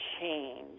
change